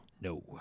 no